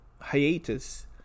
hiatus